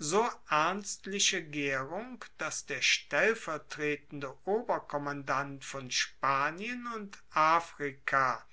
so ernstliche gaerung dass der stellvertretende oberkommandant von spanien und afrika